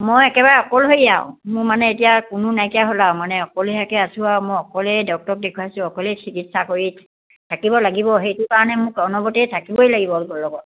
মই একেবাৰে অকলশৰীয়া আৰু মোৰ মানে এতিয়া কোনো নাইকিয়া হ'ল আৰু মানে অকলশৰীয়াকৈ আছোঁ আৰু মই অকলেই ডক্টৰক দেখুৱাইছোঁ অকলেই চিকিৎসা কৰি থাকিব লাগিব সেইটো কাৰণে মোক অনবৰতেই থাকিবই লাগিবৰ লগত